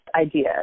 idea